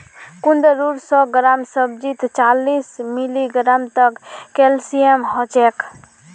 कुंदरूर सौ ग्राम सब्जीत चालीस मिलीग्राम तक कैल्शियम ह छेक